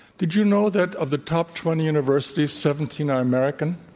did you know that of the top twenty universities, seventeen are american?